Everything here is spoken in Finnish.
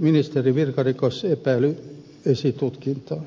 ministerin virkarikosepäily esitutkintaan